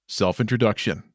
self-introduction